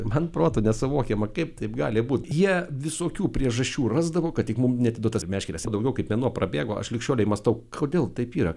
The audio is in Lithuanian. padaryti man protu nesuvokiama kaip taip gali būt jie visokių priežasčių rasdavo kad tik mum neatiduot tas meškeres jau daugiau kaip mėnuo prabėgo aš lig šiolei mąstau kodėl taip yra